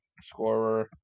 Scorer